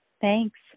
Thanks